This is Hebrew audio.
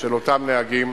של אותם נהגים,